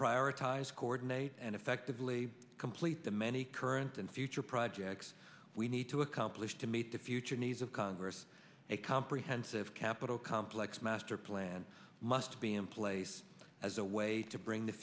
prioritize coordinate and effectively complete the many current and future projects we need to accomplish to meet the future needs of congress a comprehensive capitol complex master plan must be in place as a way to bring the